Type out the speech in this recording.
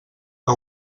que